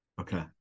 okay